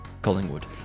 Collingwood